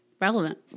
relevant